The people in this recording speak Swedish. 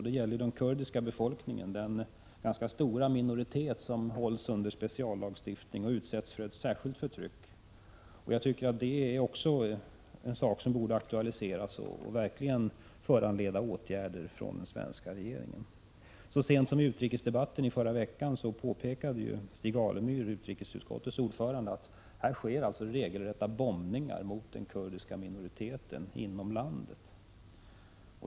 Det gäller den kurdiska befolkningen, den ganska stora minoritet som hålls under speciallagstiftning och som utsätts för ett särskilt förtryck. Också detta förhållande borde aktualiseras och verkligen föranleda åtgärder från den svenska regeringen. Så sent som i utrikesdebatten förra veckan påpekade Stig Alemyr, utrikesutskottets ordförande, att det sker regelrätta bombningar mot den kurdiska minoriteten inom landet.